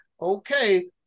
Okay